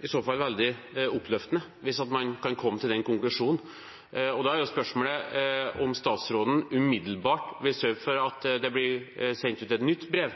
i så fall veldig oppløftende hvis man kan komme til den konklusjonen. Da er spørsmålet om statsråden umiddelbart vil sørge for at det blir sendt ut et nytt brev